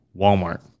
Walmart